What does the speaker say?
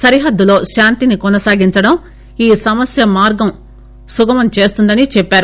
సరిహద్దులో శాంతిని కొనసాగించడం ఈ సమస్య మార్గం సుగమం చేస్తుందని చెప్పారు